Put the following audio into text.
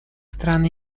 стран